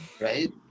Right